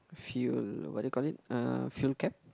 fuel what do you call it uh fuel cap